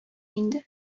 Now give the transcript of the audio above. инде